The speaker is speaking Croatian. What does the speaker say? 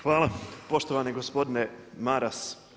Hvala poštovani gospodine Maras.